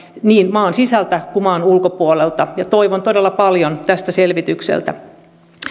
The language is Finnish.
niin maan sisältä kuin maan ulkopuoleltakin toivon todella paljon tältä selvitykseltä